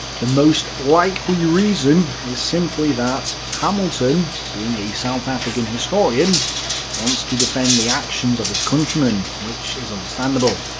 the most likely reason is simply that hamilton being a south african historian wants to defend the actions of his countrymen, which is understandable.